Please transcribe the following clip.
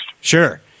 Sure